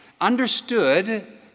understood